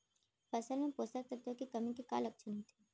फसल मा पोसक तत्व के कमी के का लक्षण होथे?